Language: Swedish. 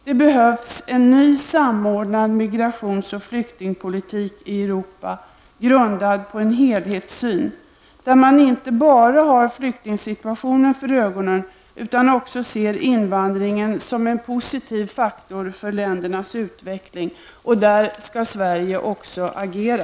Det behövs en ny samordnad migrations och flyktingpolitik i Europa, grundad på en helhetssyn där man inte bara har flyktingssituationer för ögonen utan också ser invandringen som en positiv faktor för ländernas utveckling. Där skall Sverige också agera.